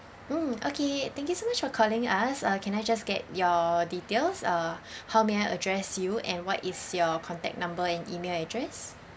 mm okay thank you so much for calling us uh can I just get your details uh how may I address you and what is your contact number and email address